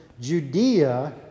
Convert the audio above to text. Judea